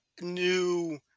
new